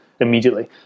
immediately